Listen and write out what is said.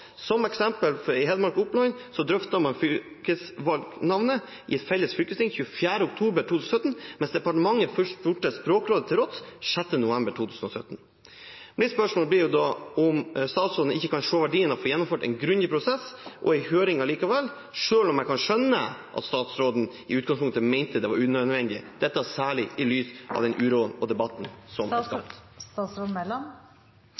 eksempel i Hedmark og Oppland drøftet man fylkesnavnet i et felles fylkesting 24. oktober 2017, mens departementet først spurte Språkrådet til råds 6. november 2017. Mitt spørsmål blir da om statsråden ikke kan se verdien av å få gjennomført en grundig prosess og en høring likevel, selv om jeg kan skjønne at statsråden i utgangspunktet mente det var unødvendig, særlig i lys av den uroen og debatten